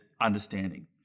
understanding